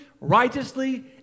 righteously